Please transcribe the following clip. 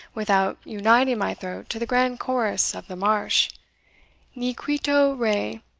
without uniting my throat to the grand chorus of the marsh ni quito rey,